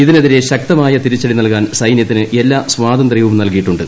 ഇതിനെതിരെ ശക്തമായ തിരിച്ചടി നൽകാൻ സൈനൃത്തിന് എല്ലാ സ്വാതന്ത്ര്യവും നൽകിയിട്ടുണ്ട്